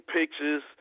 pictures